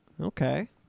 Okay